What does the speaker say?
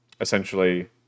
essentially